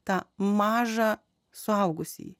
tą mažą suaugusį